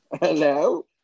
Hello